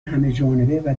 همهجانبه